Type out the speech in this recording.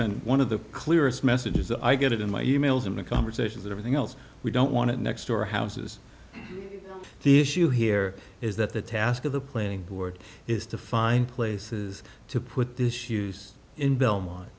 been one of the clearest messages i get in my e mails in the conversations of everything else we don't want to next storehouses the issue here is that the task of the planning board is to find places to put this use in belmont